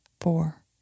four